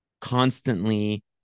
constantly